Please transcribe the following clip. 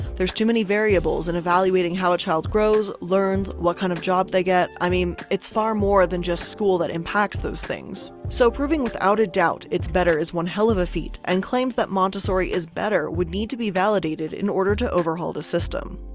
there's too many variables in evaluating how a child grows, learns, what kind of job they get. i mean it's far more than just school that impacts those things. so proving without a doubt, it's better as one hell of a feat and claims that montessori is better would need to be validated, in order to overhaul the system.